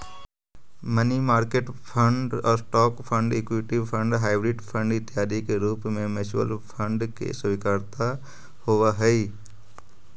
money market fund, stock fund, equity fund, hybrid fund इत्यादि के रूप में म्यूचुअल फंड के स्वीकार्यता होवऽ हई